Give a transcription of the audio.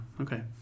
okay